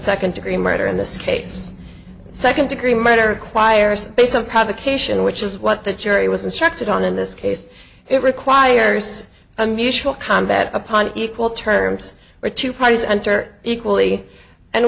second degree murder in this case second degree murder acquire a space of provocation which is what the jury was instructed on in this case it requires a mutual combat upon equal terms or two parties enter equally and